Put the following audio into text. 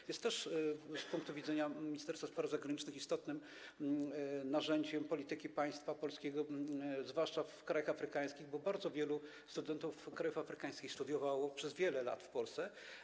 To jest też z punktu widzenia Ministerstwa Spraw Zagranicznych istotne narzędzie polityki państwa polskiego, zwłaszcza w krajach afrykańskich, bo bardzo wielu studentów krajów afrykańskich studiowało przez wiele lat w Polsce.